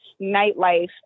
nightlife